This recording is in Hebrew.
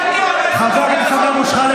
חבר הכנסת סמי אבו שחאדה,